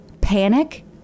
panic